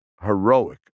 heroic